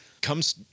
comes